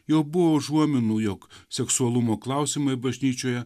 jau buvo užuominų jog seksualumo klausimai bažnyčioje